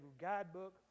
guidebook